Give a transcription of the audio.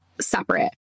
separate